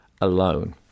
alone